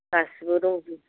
गासिबो दंजोबो